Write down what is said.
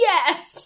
Yes